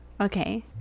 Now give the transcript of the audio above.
Okay